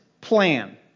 plan